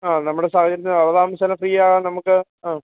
ആ നമ്മുടെ സാഹചര്യത്തിന് അതാകുമ്പോൾ ചേട്ടന് ഫ്രീ ആകുമ്പോൾ നമുക്ക് ആ